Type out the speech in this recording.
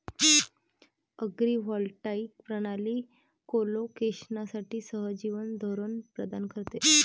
agrivoltaic प्रणाली कोलोकेशनसाठी सहजीवन धोरण प्रदान करते